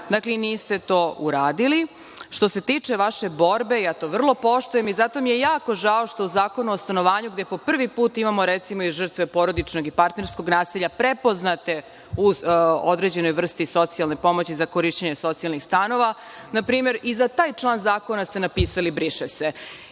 god, i niste to uradili. Što se tiče vaše borbe, to vrlo poštujem i zato mi je jako žao što Zakon o stanovanju, gde po prvi put imamo, recimo, žrtve porodičnog i partnerskog nasilja prepoznate u određenoj vrsti socijalne pomoći za korišćenje socijalnih stanova. Na primer, i za taj član zakona ste napisali – briše se.